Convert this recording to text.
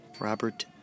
Robert